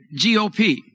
GOP